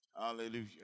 Hallelujah